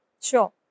Sure